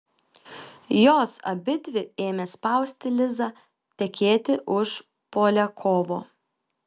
jos abidvi ėmė spausti lizą tekėti už poliakovo